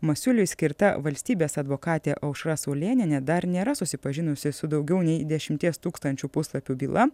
masiuliui skirta valstybės advokatė aušra saulėnienė dar nėra susipažinusi su daugiau nei dešimties tūkstančių puslapių byla